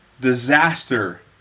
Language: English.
disaster